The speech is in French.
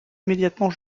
immédiatement